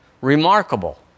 Remarkable